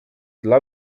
dla